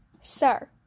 Sir